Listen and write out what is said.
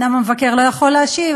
אומנם המבקר לא יכול להשיב,